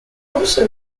also